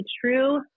true